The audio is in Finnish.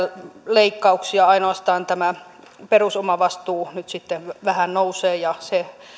leikkauksia ainoastaan tämä perusomavastuu nyt sitten vähän nousee ja se